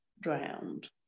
drowned